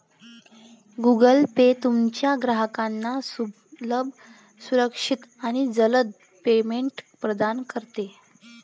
Google Pay तुमच्या ग्राहकांना सुलभ, सुरक्षित आणि जलद पेमेंट प्रदान करते